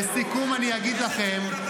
לסיכום, אני אגיד לכם.